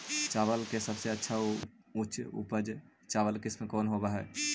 चावल के सबसे अच्छा उच्च उपज चावल किस्म कौन होव हई?